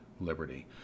liberty